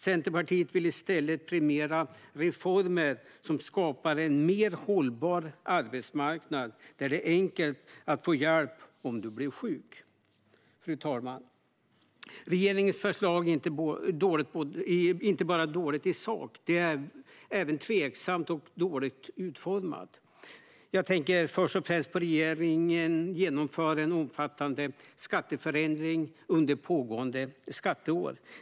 Centerpartiet vill i stället premiera reformer som skapar en mer hållbar arbetsmarknad där det är enkelt att få hjälp om du blir sjuk. Fru talman! Regeringens förslag är inte bara dåligt i sak, utan det är även tveksamt och dåligt utformat. Jag tänker först och främst på att regeringen genomför en omfattande skatteförändring under pågående skatteår.